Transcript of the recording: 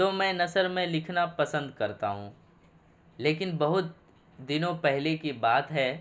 تو میں نثر میں لکھنا پسند کرتا ہوں لیکن بہت دنوں پہلے کی بات ہے